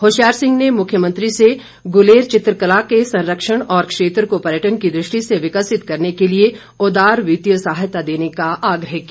होशियार सिंह ने मुख्यमंत्री से गुलेर चित्रकला के संरक्षण और क्षेत्र को पर्यटन की दृष्टि से विकसित करने के लिए उदार वित्तीय सहायता देने का आग्रह किया